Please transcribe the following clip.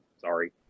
sorry